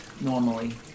normally